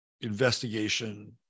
investigation